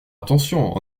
attention